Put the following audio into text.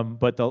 um but,